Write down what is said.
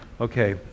Okay